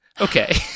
Okay